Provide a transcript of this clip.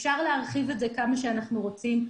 אפשר להרחיב את זה כמה שאנחנו רוצים,